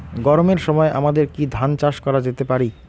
গরমের সময় আমাদের কি ধান চাষ করা যেতে পারি?